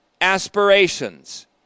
aspirations